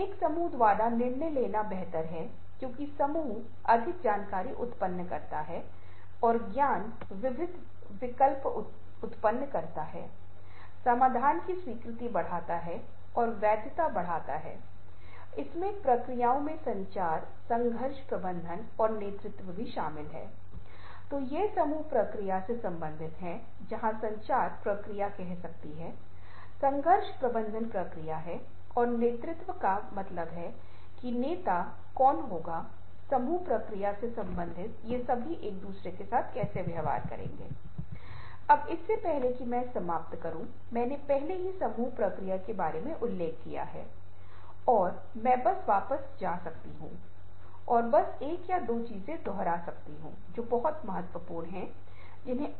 इन्हें उत्पन्न करें कई अन्य सॉफ़्टवेयर हैं जो ऑनलाइन उपलब्ध हैं और कोई भी इन्हें उत्पन्न कर सकता है और इसे आपकी प्रस्तुति के लिए पेश किया जा सकता है इसे गतिशील बनाने के लिए रोमांचक बनाने के लिए ये विशिष्ट स्थानों पर हो सकता है ऑडिओज़ को वहां पेश किया जा सकता है आपके पास नाटकीय ठहराव हो सकते हैं और इसे बहुत शक्तिशाली प्रभाव बनाते हैं लेकिन इसे इससे भी आगे बढ़ाया जा सकता है यह आपके वेब पेज का एक हिस्सा हो सकता है यह आपकी विज्ञापन रणनीति का हिस्सा हो सकता है यदि आप केवल प्रस्तुति के अलावा अन्य व्यवसाय करने में आगे बढ़ रहे हैं तो इसे कई अलग अलग तरीकों से उपयोग किया जा सकता है इसलिए यह उन चीजों में से एक है जो मैं तुम्हारे साथ साझा करना चाहता था